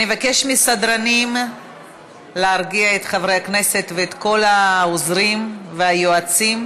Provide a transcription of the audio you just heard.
אני מבקשת מהסדרנים להרגיע את חברי הכנסת ואת כל העוזרים והיועצים.